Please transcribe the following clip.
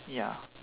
ya